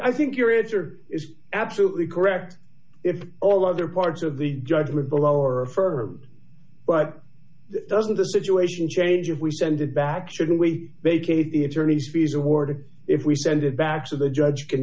i think your answer is absolutely correct if all other parts of the judgment below are for but doesn't the situation changes we send it back shouldn't we make a the attorney's fees awarded if we send it back to the judge can